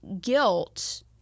guilt